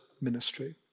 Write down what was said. ministry